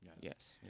Yes